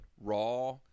Raw